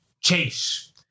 Chase